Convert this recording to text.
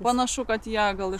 panašu kad ją gal